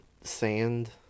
sand